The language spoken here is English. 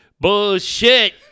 bullshit